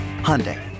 Hyundai